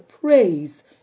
praise